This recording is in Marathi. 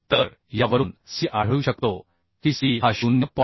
तर यावरून C आढळू शकतो की C हा 0